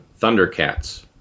Thundercats